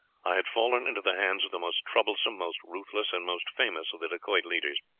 i had fallen into the hands of the most troublesome, most ruthless, and most famous of the dacoit leaders.